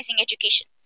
education